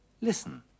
Listen